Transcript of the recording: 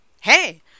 hey